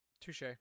touche